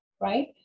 right